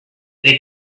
they